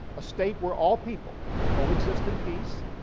a state where all people coexist in peace.